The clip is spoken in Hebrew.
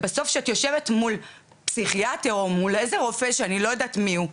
ובסוף כשאת יושבת מול פסיכיאטר או מול איזה רופא שאני לא יודעת מי הוא,